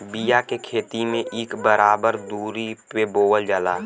बिया के खेती में इक बराबर दुरी पे बोवल जाला